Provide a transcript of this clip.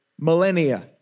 millennia